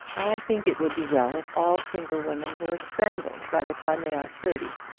i think it would be well if all single women were strangled by the time they are thirty,